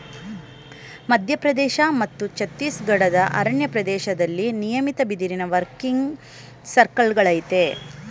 ಮಧ್ಯಪ್ರದೇಶ ಮತ್ತು ಛತ್ತೀಸ್ಗಢದ ಅರಣ್ಯ ಪ್ರದೇಶ್ದಲ್ಲಿ ನಿಯಮಿತ ಬಿದಿರಿನ ವರ್ಕಿಂಗ್ ಸರ್ಕಲ್ಗಳಯ್ತೆ